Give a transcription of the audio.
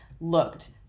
looked